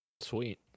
sweet